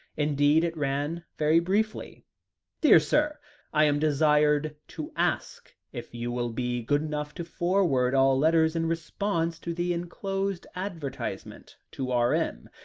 indeed, it ran very briefly dear sir i am desired to ask if you will be good enough to forward all letters in response to the enclosed advertisement to r m,